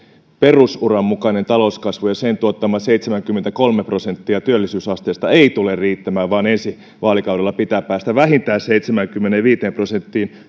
perusuran mukainen talouskasvu ja sen tuottama seitsemänkymmentäkolme prosenttia työllisyysasteesta ei tule riittämään vaan ensi vaalikaudella pitää päästä vähintään seitsemäänkymmeneenviiteen prosenttiin